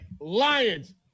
Lions